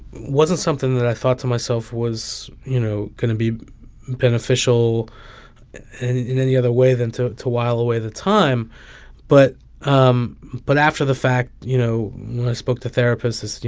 wasn't something that i thought to myself was, you know, going to be beneficial in any other way than to to while away the time but um but after the fact, you know, when i spoke to therapists, they said, you